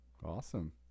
awesome